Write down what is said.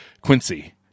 Quincy